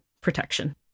protection